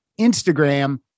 instagram